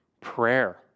prayer